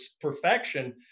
perfection